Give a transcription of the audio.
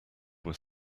were